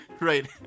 Right